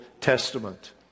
Testament